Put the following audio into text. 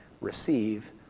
receive